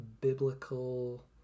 biblical